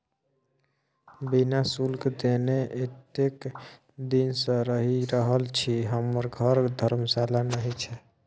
बिना शुल्क देने एतेक दिन सँ रहि रहल छी हमर घर धर्मशाला नहि छै